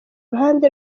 ruhande